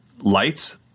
lights